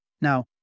Now